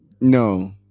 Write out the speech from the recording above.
no